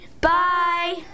Bye